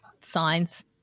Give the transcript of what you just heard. signs